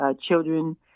children